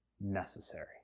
necessary